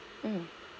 mm